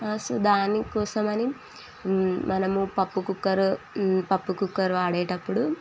so దానికోసం అని మనము పప్పు కుక్కరు పప్పు కుక్కరు ఆడేటప్పుడు